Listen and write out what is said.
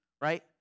right